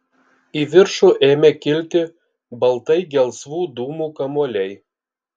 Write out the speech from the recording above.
į viršų ėmė kilti baltai gelsvų dūmų kamuoliai